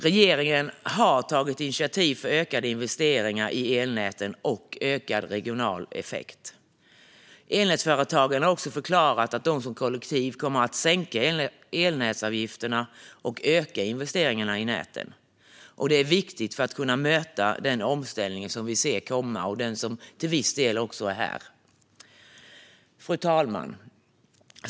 Regeringen har tagit initiativ för ökade investeringar i elnäten och ökad regional effekt. Elnätsföretagen har också förklarat att de som kollektiv kommer att sänka elnätsavgifterna och öka investeringarna i näten. Detta är viktigt för att kunna möta den omställning som vi ser komma och den som till viss del är här. Fru talman!